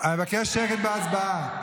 אני מבקש שקט בהצבעה.